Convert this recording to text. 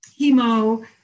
hemo